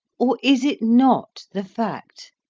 or is it not, the fact,